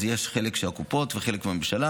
אז יש חלק של הקופות וחלק של הממשלה,